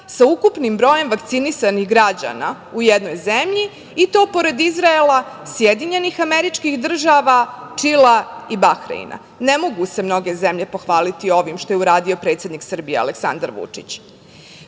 sa ukupnim brojem vakcinisanih građana u jednoj zemlji i to pored Izraela, SAD, Čilea i Bahreina. Ne mogu se mnoge zemlje pohvaliti ovim što je uradio predsednik Srbije, Aleksandar Vučić. Pre